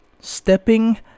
stepping